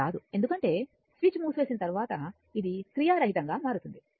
ఇది రాదు ఎందుకంటే స్విచ్ మూసివేసిన తరువాత ఇది క్రియారహితంగా మారుతుంది